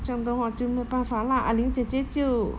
这样的话就没有办法 lah ah ling 姐姐就